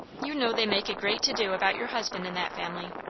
you know they make a great to do about your husband in that family.